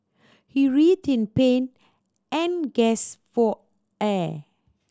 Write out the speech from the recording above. he writhed in pain and gasp for air